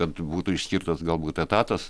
kad būtų išskirtas galbūt etatas